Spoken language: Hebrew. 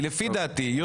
היא לפי דעתי יותר.